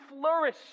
flourish